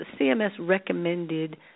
CMS-recommended